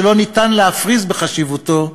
שלא ניתן להפריז בחשיבותו,